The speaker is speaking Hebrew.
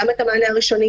גם את המענה הראשוני,